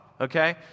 okay